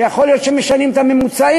ויכול להיות שהם משנים את הממוצעים,